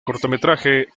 cortometraje